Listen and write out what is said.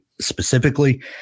specifically